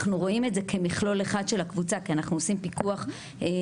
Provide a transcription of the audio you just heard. אנחנו רואים את זה כמכלול אחד של הקבוצה כי אנחנו עושים פיקוח קבוצתי.